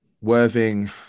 Worthing